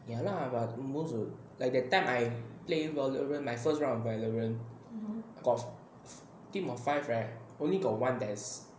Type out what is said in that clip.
ya lah but most will like that time I play valorant my first round of valorant got team of five right only got one there's